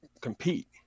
compete